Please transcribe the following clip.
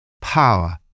Power